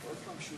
שבע דקות